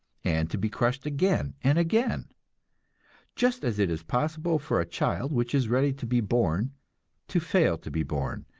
and to be crushed again and again just as it is possible for a child which is ready to be born to fail to be born,